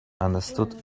understood